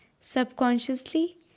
subconsciously